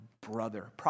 brother